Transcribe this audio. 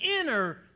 inner